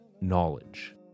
knowledge